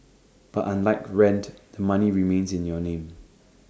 but unlike rent the money remains in your name